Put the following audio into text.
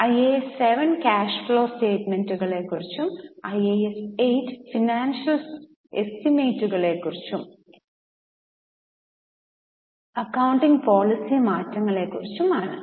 IAS 7 cash flow സ്റ്റേറ്റ്മെന്റുകളെ കുറിച്ചും IAS 8 financial എസ്റ്റിമേറ്റുകളിലെയും ഏറേഴ്സിലെയും അക്കൌണ്ടിംഗ് പോളിസി മാറ്റങ്ങളെക്കുറിച്ചും ആണ്